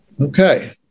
Okay